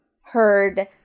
heard